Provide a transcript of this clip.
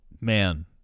man